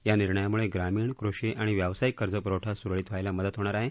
या निर्णयामुळे ग्रामीण कृषी आणि व्यावसायिक कर्ज पुरवठा सुरळीत व्हायला मदत होणार आहे